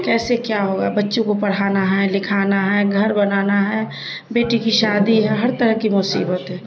کیسے کیا ہوگا بچوں کو پڑھانا ہے لکھانا ہے گھر بنانا ہے بیٹی کی شادی ہے ہر طرح کی مصیبت ہے